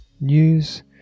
News